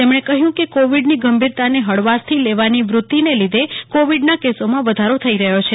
તેમણે કહ્યું કે કોવિડની ગંભીરતાને હળવાશથી લેવાની વૃત્તિના લીધે કોવિડના કેસમાં વધારો થઈ રહ્યો છે